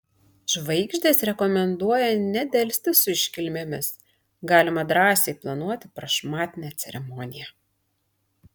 žvaigždės rekomenduoja nedelsti su iškilmėmis galima drąsiai planuoti prašmatnią ceremoniją